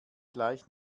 gleich